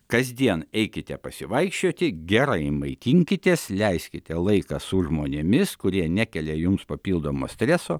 kasdien eikite pasivaikščioti gerai maitinkitės leiskite laiką su žmonėmis kurie nekelia jums papildomo streso